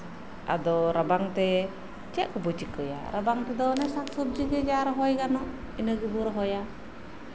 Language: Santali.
ᱟᱫᱚ ᱨᱟᱵᱟᱝᱛᱮ ᱪᱮᱫ ᱵᱚᱱ ᱪᱤᱠᱟᱹᱭᱟ ᱨᱟᱵᱟᱝ ᱛᱮᱫᱚ ᱥᱟᱠ ᱥᱚᱵᱡᱤᱜᱮ ᱡᱟ ᱨᱚᱦᱚᱭ ᱜᱟᱱᱚᱜ ᱤᱱᱟᱹ ᱜᱮᱵᱚᱱ ᱨᱚᱦᱚᱭᱟ